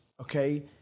okay